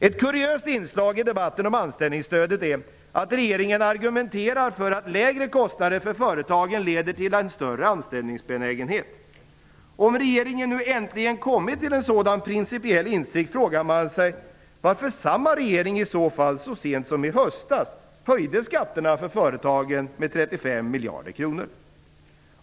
Ett kuriöst inslag i debatten om anställningsstödet är att regeringen argumenterar för att lägre kostnader för företagen leder till en större anställningsbenägenhet. Om regeringen nu äntligen har kommit till en sådan principiell insikt frågar man sig varför samma regering i så fall så sent som i höstas höjde skatterna för företagen med 35 miljarder kronor.